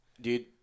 Dude